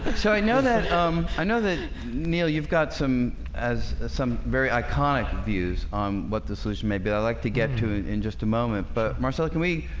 so i know that um i know that neil you've got some as some very iconic views on what the solution may be i like to get to in just a moment but marcella can we?